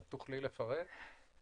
תוכלי לפרט?